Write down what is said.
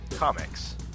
Comics